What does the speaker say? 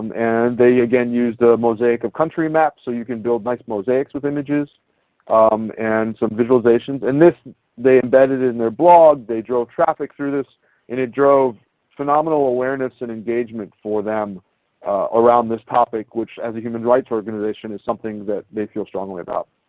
and they again use a mosaic of country maps so you can build nice mosaics with images and some visualizations. and this they embedded in their blog. they drove traffic through this and it drove phenomenal awareness and engagement for them around this topic which as a human rights organization is something that they feel strongly about.